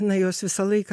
na jos visą laiką